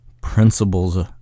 principles